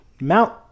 mount